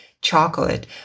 chocolate